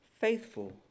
Faithful